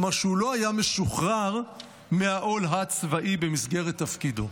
כלומר שהוא לא היה משוחרר מהעול הצבאי במסגרת תפקידו.